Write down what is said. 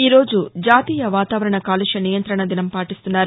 ఈరోజు జాతీయ వాతావరణ కాలుష్య నియంత్రణ దినం పాటిస్తున్నారు